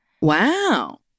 Wow